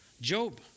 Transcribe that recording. Job